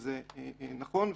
וזה נכון,